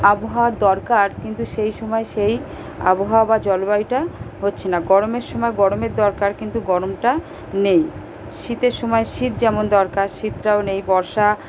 আবহাওয়ার দরকার কিন্তু সেই সময় সেই আবহাওয়া বা জলবায়ুটা হচ্ছে না গরমের সময় গরমের দরকার কিন্তু গরমটা নেই শীতের সময় শীত যেমন দরকার শীতটাও নেই বর্ষা